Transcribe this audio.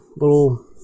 little